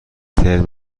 ترم